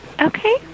Okay